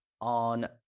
on